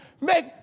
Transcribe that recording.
make